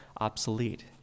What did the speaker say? obsolete